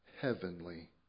heavenly